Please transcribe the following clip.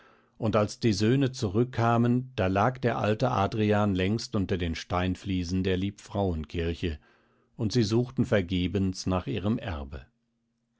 und als die söhne zurückkamen da lag der alte adrian längst unter den steinfliesen der liebfrauenkirche und sie suchten vergebens nach ihrem erbe